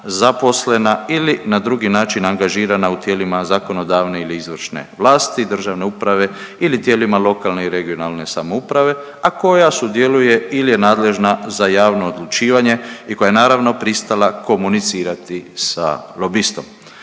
zaposlena ili na drugi način angažirana u tijelima zakonodavne ili izvršne vlasti, državne uprave ili tijelima lokalne i regionalne samouprave, a koja sudjeluje ili je nadležna za javno odlučivanje i koja je naravno pristala komunicirati sa lobistom.